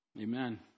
Amen